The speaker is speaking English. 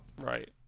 Right